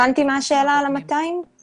לא הבנתי את השאלה לגבי ה-200 מיליון שקלים.